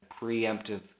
preemptive